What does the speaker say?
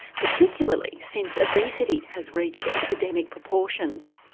particularly since obesity has reached epidemic proportions.